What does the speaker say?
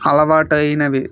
అలవాటు అయినవి